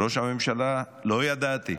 ראש הממשלה: לא ידעתי.